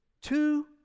two